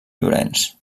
llorenç